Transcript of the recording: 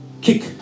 kick